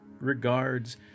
Regards